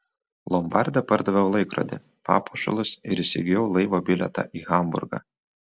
lombarde pardaviau laikrodį papuošalus ir įsigijau laivo bilietą į hamburgą